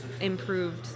improved